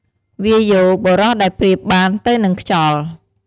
វាយោ បុរសដែលប្រៀបបានទៅនឹងខ្យល់។